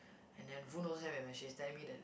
and then Voon send me a message telling me that